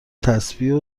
تسبیح